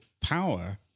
power